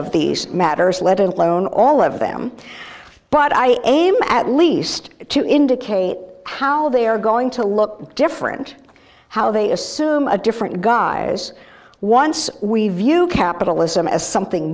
of these matters let alone all of them but i am at least to indicate how they are going to look different how they assume a different guise once we view capitalism as something